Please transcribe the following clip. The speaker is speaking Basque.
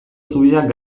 zubiak